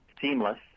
seamless